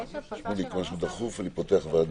אני פותח את ישיבת הוועדה.